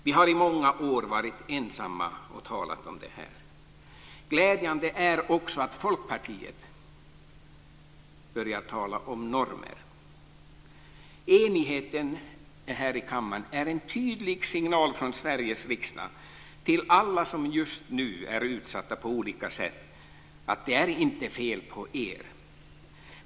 Vi har i många år varit ensamma om att tala om det här. Glädjande är också att Folkpartiet börjar tala om normer. Enigheten här i kammaren är en tydlig signal från Sveriges riksdag till alla som just nu är utsatta på olika sätt att det inte är fel på dem.